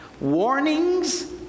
Warnings